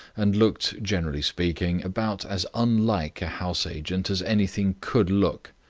and looked, generally speaking, about as unlike a house-agent as anything could look,